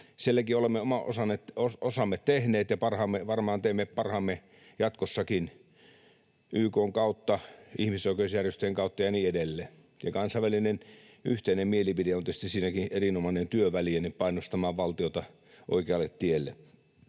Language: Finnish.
Sielläkin olemme oman osamme tehneet ja varmaan teemme parhaamme jatkossakin YK:n kautta, ihmisoikeusjärjestöjen kautta ja niin edelleen. Kansainvälinen yhteinen mielipide on tietysti siinäkin erinomainen työväline painostamaan valtiota oikealle tielle.